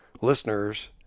listeners